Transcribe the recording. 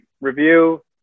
review